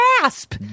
gasp